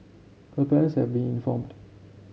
her parents have been informed